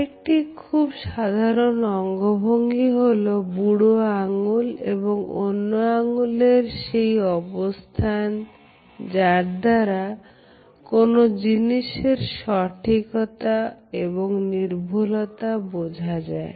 আরেকটি খুব সাধারন অঙ্গভঙ্গি হলো বুড়ো আঙ্গুল এবং অন্য আঙ্গুলের সেই অবস্থান যার দ্বারা কোন জিনিসের সঠিকতা এবং নির্ভুলতা বোঝা যায়